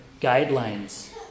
guidelines